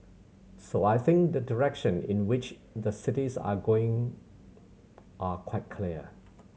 so I think the direction in which the cities are going are quite clear